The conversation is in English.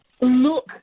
look